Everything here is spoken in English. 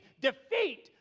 defeat